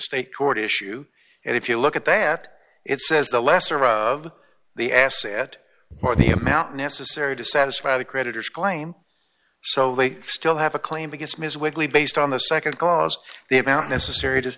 state court issue and if you look at that it says the lesser of the asset or the amount necessary to satisfy the creditors claim so they still have a claim against ms wigley based on the nd clause the amount necessary to